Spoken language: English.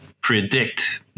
predict